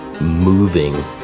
moving